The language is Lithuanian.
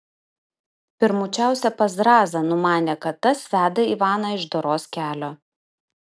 pirmučiausia pas zrazą numanė kad tas veda ivaną iš doros kelio